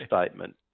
statement